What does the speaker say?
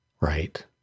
Right